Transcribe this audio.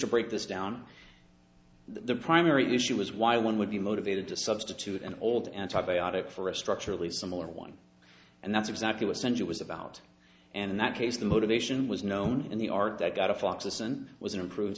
to break this down the primary issue is why one would be motivated to substitute an old antibiotic for a structurally similar one and that's exactly what censure was about and in that case the motivation was known in the art that got a fox and was an improved